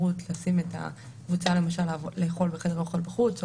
ימשיך להיות מוסדר דרך חוק הכניסה לישראל,